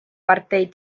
partei